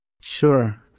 Sure